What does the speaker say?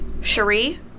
Cherie